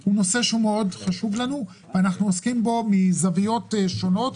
זה נושא חשוב לנו שאנחנו עוסקים בו מזוויות שונות.